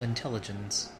intelligence